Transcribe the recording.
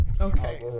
Okay